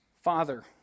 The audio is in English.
Father